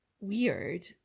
weird